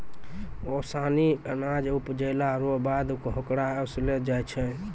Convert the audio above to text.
ओसानी अनाज उपजैला रो बाद होकरा ओसैलो जाय छै